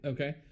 Okay